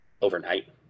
overnight